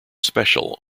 special